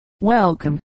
Welcome